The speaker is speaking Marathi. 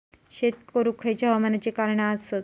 शेत करुक खयच्या हवामानाची कारणा आसत?